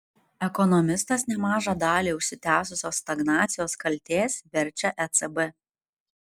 ekonomistas nemažą dalį užsitęsusios stagnacijos kaltės verčia ecb